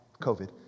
COVID